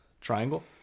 triangle